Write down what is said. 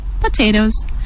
potatoes